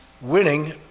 winning